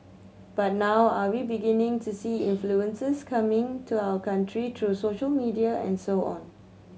but now are we beginning to see influences coming to our country through social media and so on